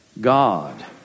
God